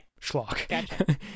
schlock